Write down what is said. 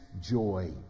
joy